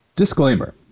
Disclaimer